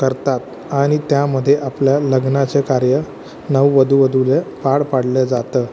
करतात आणि त्यामध्ये आपल्या लग्नाचे कार्य नववधू वधूने पार पाडलं जातं